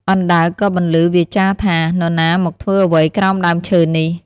អណ្ដើកក៏បន្លឺវាចាថា ៖ នរណាមកធ្វើអ្វីក្រោមដើមឈើនេះ?